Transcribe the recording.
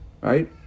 right